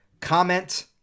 comment